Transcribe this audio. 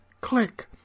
click